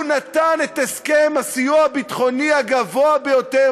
הוא נתן את הסכם הסיוע הביטחוני הגבוה ביותר